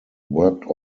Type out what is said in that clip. worked